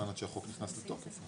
יש זמן עד שהחוק נכנס לתוקף.